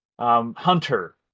Hunter